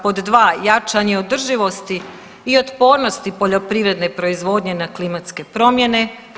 Pod dva, jačanje održivosti i otpornosti poljoprivredne proizvodnje na klimatske promjene.